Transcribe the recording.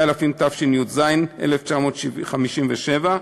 התשי"ז 1957,